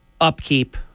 upkeep